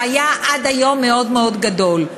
שהיה עד היום מאוד מאוד גדול,